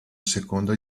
secondo